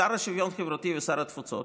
השר לשוויון חברתי ושר התפוצות,